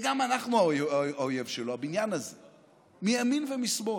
וגם אנחנו האויב שלו, הבניין הזה, מימין ומשמאל.